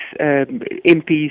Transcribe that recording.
MPs